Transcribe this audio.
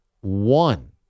one